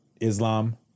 Islam